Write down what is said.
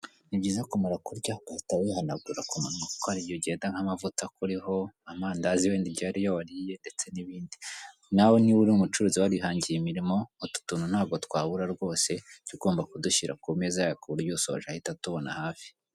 Ni byiza kumara kurya ugahita wihanagura ku munwa kuko hari igihe ugenda nk'amavuta akuriho, amandazi wenda igihe ari yo wariye ndetse n'ibindi. Nawe niba uri umucuruzi warihangiye imirimo, utu tuntu ntabwo twabura rwose. Jya ugomba kudushyira ku meza yawe, ku buryo usoje ahita atubona hafi.